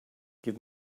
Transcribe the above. give